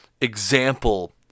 example